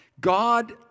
God